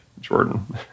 Jordan